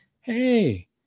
hey